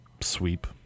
sweep